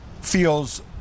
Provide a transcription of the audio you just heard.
feels